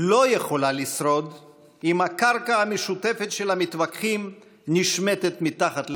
לא יכולה לשרוד אם הקרקע המשותפת של המתווכחים נשמטת מתחת לרגליים.